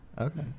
Okay